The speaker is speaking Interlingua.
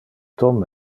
tom